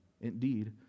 Indeed